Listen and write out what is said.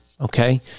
Okay